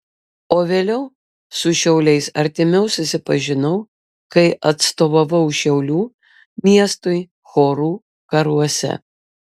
o vėliau su šiauliais artimiau susipažinau kai atstovavau šiaulių miestui chorų karuose